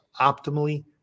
optimally